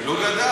הוא לא גדל.